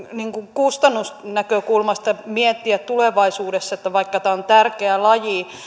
kustannusnäkökulmasta miettiä tulevaisuudessa että vaikka tämä on tärkeä laji